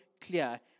clear